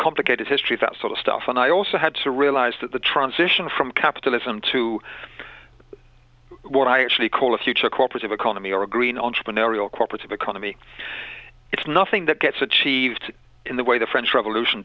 complicated history that sort of stuff and i also had to realize that the transition from capitalism to what i actually call a future corporate economy or a green entrepreneurial cooperative economy it's nothing that gets achieved in the way the french revolution